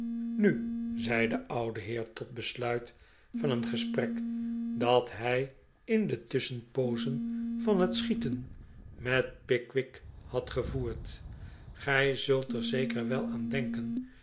nu zei de oude heer tot besluit van een gesprek dat hij in de tusschenpoozen van het schieten met pickwick had gevoerd gij zult er zeker wel aan denken